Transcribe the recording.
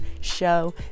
show